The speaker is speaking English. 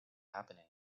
happening